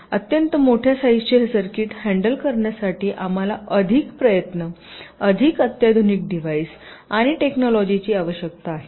अत्यंत मोठ्या साईजचे हे सर्किट हॅण्डल करण्यासाठी आम्हाला अधिक प्रयत्न अधिक अत्याधुनिक डिव्हाईस आणि टेक्नोलोंजिची आवश्यकता आहे